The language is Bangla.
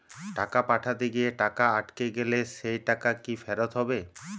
টাকা পাঠাতে গিয়ে টাকা আটকে গেলে সেই টাকা কি ফেরত হবে?